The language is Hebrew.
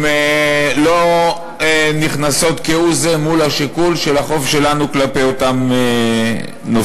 הם לא נכנסים כהוא-זה מול השיקול של החוב שלנו כלפי אותם נופלים.